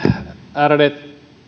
ärade